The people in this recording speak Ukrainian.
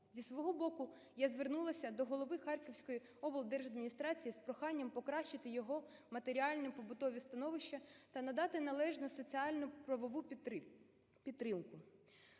Зі свого боку я звернулася до голови Харківської облдержадміністрації з проханням покращити його матеріально-побутове становище та надати належну соціально-правову підтримку.